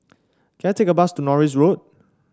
can I take a bus to Norris Road